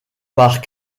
par